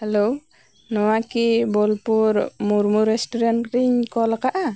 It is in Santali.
ᱦᱮᱞᱳ ᱱᱚᱣᱟᱠᱤ ᱵᱚᱞᱯᱩᱨ ᱢᱩᱨᱢᱩ ᱨᱮᱥᱴᱩᱨᱮᱱᱴ ᱨᱮᱧ ᱠᱚᱞ ᱟᱠᱟᱫᱟ